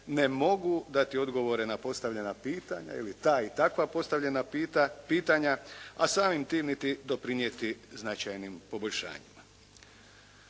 ne mogu dati odgovoren a postavljena pitanja ili ta i takva postavljena pitanja, a samim tim niti doprinijeti značajnim poboljšanjima.